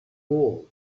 world